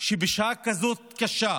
שבשעה כזו קשה,